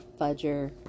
fudger